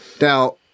Now